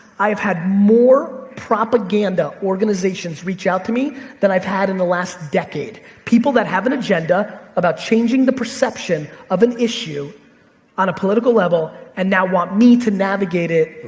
i have had more propaganda organizations reach out to me than i've had in the last decade. people that have an agenda about changing the perception of an issue on a political level, and now want me to navigate it,